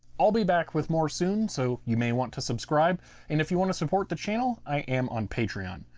i'll be back with more soon so you may want to subscribe and if you want to support the channel i am on patreon.